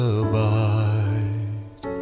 abide